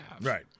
right